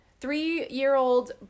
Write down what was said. three-year-old